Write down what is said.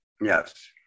Yes